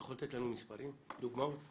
אתה יכול לתת לנו מספרים, דוגמאות?